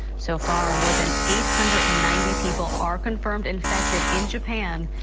so far, more than eight hundred and ninety people are confirmed infected in japan,